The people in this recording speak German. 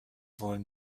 wollen